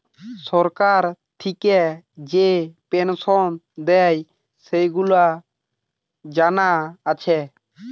সরকার থিকে যে পেনসন দেয়, সেগুলা জানা আছে